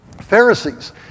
Pharisees